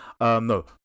No